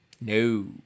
No